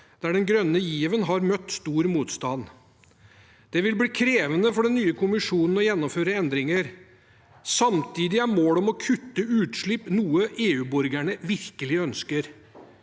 der den grønne given har møtt stor motstand. Det vil bli krevende for den nye kommisjonen å gjennomføre endringer. Samtidig er målet om å kutte utslipp noe EU-borgerne virkelig ønsker.